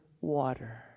water